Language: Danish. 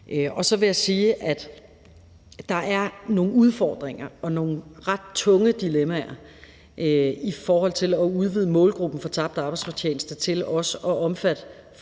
Så vil jeg sige, at der er nogle udfordringer og nogle ret tunge dilemmaer i forhold til at udvide målgruppen i forhold til tabt arbejdsfortjeneste til også at omfatte